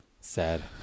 Sad